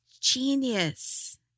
Genius